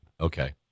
Okay